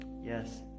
yes